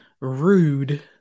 rude